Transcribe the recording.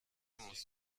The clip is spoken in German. muss